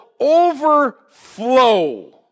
overflow